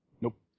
Nope